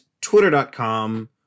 twitter.com